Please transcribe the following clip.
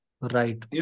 Right